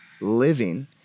living